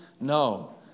No